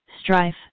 strife